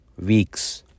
weeks